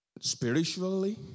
spiritually